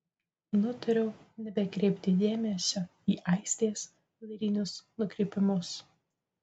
nutariau nebekreipti dėmesio į aistės lyrinius nukrypimus